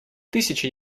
тысячи